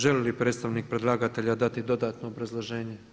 Želi li predstavnik predlagatelja dati dodatno obrazloženje?